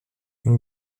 une